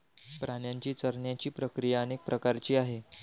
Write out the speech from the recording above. प्राण्यांची चरण्याची प्रक्रिया अनेक प्रकारची आहे